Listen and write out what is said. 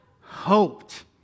hoped